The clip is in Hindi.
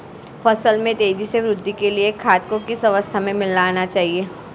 फसल में तेज़ी से वृद्धि के लिए खाद को किस अवस्था में मिलाना चाहिए?